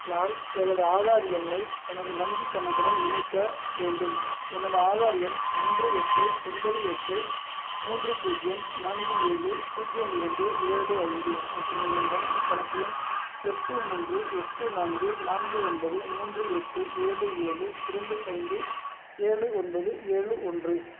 நான் எனது ஆதார் எண்ணை எனது வங்கிக் கணக்குடன் இணைக்க வேண்டும் எனது ஆதார் எண் ஒன்று எட்டு ஒன்பது எட்டு மூன்று பூஜ்ஜியம் நான்கு ஏழு பூஜ்ஜியம் இரண்டு ஏழு ஐந்து மற்றும் எனது வங்கிக் கணக்கு எண் எட்டு மூன்று எட்டு நான்கு நான்கு ஒன்பது மூன்று எட்டு ஏழு ஏழு இரண்டு ஐந்து ஏழு ஒன்பது ஏழு ஒன்று